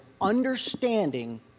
understanding